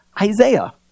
Isaiah